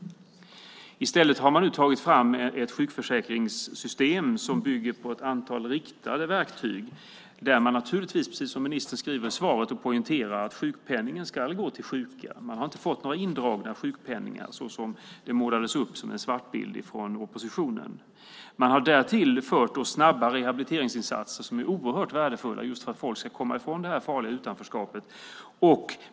I stället har man nu tagit fram ett sjukförsäkringssystem som bygger på ett antal riktade insatser där sjukpenningen ska gå till dem som är sjuka, precis som ministern poängterar i svaret. Man har inte fått några indragningar av sjukpenningen på det sätt som det målades upp som en svartbild av oppositionen. Man har därtill fört snabba rehabiliteringsinsatser som är oerhört värdefulla, just för att folk ska komma bort från det farliga utanförskapet.